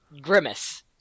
Grimace